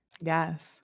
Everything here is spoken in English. Yes